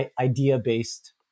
idea-based